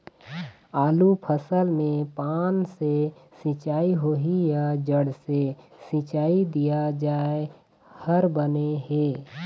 आलू फसल मे पान से सिचाई होही या जड़ से सिचाई दिया जाय हर बने हे?